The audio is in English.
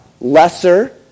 lesser